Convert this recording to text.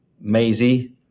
Maisie